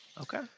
Okay